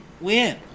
Win